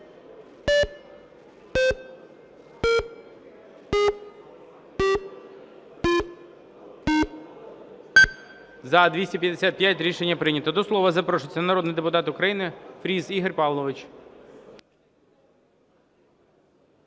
За-255 Рішення прийнято. До слова запрошується народний депутат України Фріс Ігор Павлович.